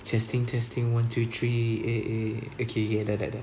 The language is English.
testing testing one two three eh eh okay okay dah dah dah